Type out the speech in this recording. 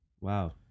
Wow